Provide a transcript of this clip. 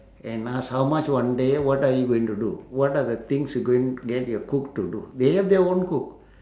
and ask how much one day what are you going to do what are the things you going get your cook to do they have their own cook